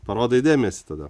parodai dėmesį tada